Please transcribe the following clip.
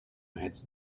had